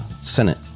Senate